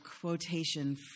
quotation